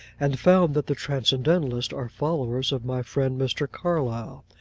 and found that the transcendentalists are followers of my friend mr. carlyle,